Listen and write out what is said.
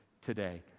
today